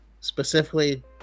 specifically